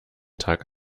tag